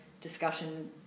discussion